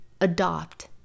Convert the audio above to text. adopt